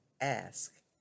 ask